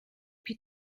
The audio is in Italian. più